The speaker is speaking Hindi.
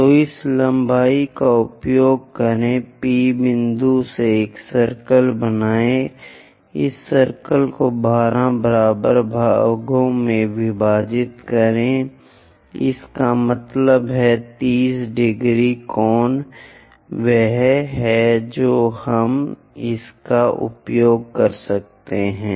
तो इस लंबाई का उपयोग करें P बिंदु से एक सर्कल बनाएं इस सर्कल को 12 बराबर भागों में विभाजित करें इसका मतलब है 30 ° कोण वह है जो हम इसका उपयोग कर सकते हैं